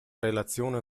relazione